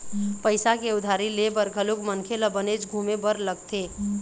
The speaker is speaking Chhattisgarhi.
पइसा के उधारी ले बर घलोक मनखे ल बनेच घुमे बर लगथे